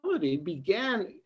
began